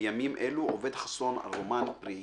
בימים אלו עובד חסון על רומן פרי עטו.